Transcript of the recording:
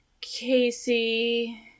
Casey